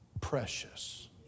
precious